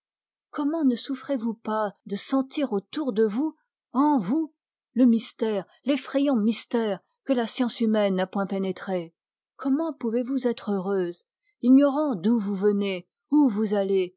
comment ne souffrez-vous pas de sentir autour de vous en vous le mystère l'effrayant mystère que la science humaine n'a point pénétré comment pouvez-vous être heureuse ignorant d'où vous venez où vous allez